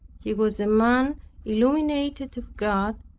he was a man illuminated of god,